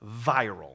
viral